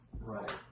right